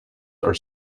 are